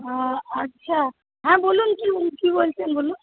ও আচ্ছা হ্যাঁ বলুন কী কী বলছেন বলুন